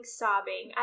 sobbing